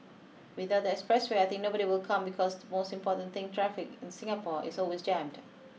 without the expressway I think nobody will come because the most important thing traffic in Singapore is always jammed